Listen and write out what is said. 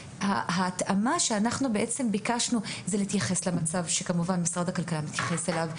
ההתאמה שאנחנו ביקשנו לעשות היא להתייחס למצב שמשרד הכלכלה מתייחס אליו,